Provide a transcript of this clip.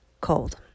Cold